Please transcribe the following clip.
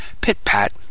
pit-pat